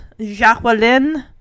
Jacqueline